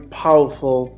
powerful